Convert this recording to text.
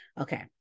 Okay